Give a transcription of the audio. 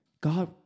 God